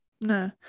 No